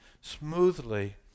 smoothly